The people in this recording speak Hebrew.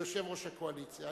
ליושב-ראש הקואליציה,